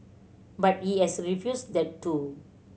but he has refused that too